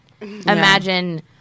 imagine